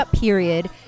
period